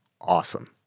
awesome